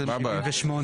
מה זה משנה?